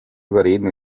überreden